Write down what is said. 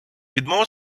відмова